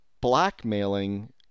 blackmailing